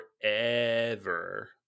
forever